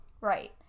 Right